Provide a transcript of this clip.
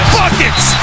buckets